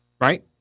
right